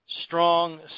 strong